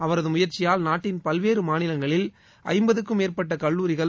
அவரது முயற்சியால் நாட்டின் பல்வேறு மாநிலங்களில் ஐம்பதுக்கும் மேற்பட்ட கல்லூரிகள்